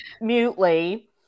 mutely